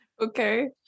Okay